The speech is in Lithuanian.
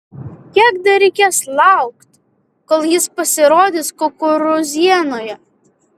kiek dar reikės laukti kol jis pasirodys kukurūzienoje